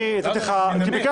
אני נתתי לך כי ביקשת.